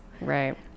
Right